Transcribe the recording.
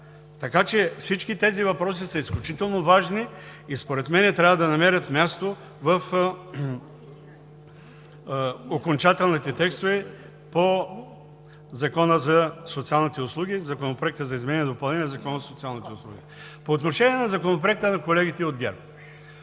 Така че всички тези въпроси са изключително важни и според мен трябва да намерят място в окончателните текстове по Закона за социалните услуги – Законопроекта за изменение и допълнение на Закона за социалните услуги. По отношение на Законопроекта на колегите от ГЕРБ.